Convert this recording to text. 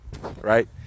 right